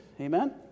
Amen